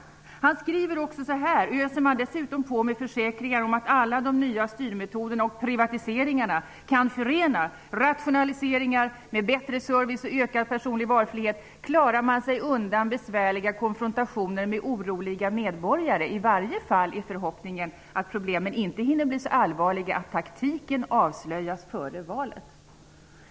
Kjell-Olof Feldt säger också: Öser man dessutom på med försäkringar om att alla de nya styrmetoderna och privatiseringarna kan förena rationaliseringar med bättre service och ökad personlig valfrihet klarar man sig undan besvärliga konfrontationer med oroliga medborgare, i varje fall i förhoppningen att problemen inte hinner bli så allvarliga att taktiken avslöjas före valet.